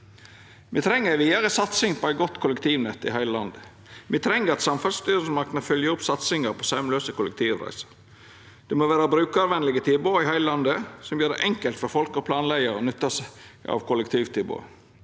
Me treng ei vidare satsing på eit godt kollektivnett i heile landet. Me treng at samferdselsstyresmaktene følgjer opp satsinga på saumlause kollektivreiser. Det må vera brukarvenlege tilbod i heile landet, som gjer det enkelt for folk å planleggja og nytta seg av kollektivtilbodet.